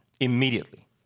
immediately